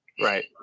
Right